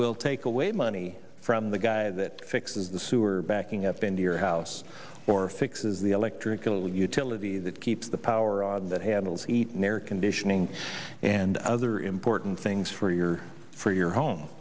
will take away money from the guy that fixes the sewer backing up into your house or fixes the electrical utility that keeps the power on that handles heat and air conditioning and other important things for your for your home